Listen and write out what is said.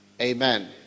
Amen